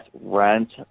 rent